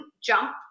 jump